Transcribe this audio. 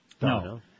No